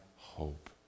hope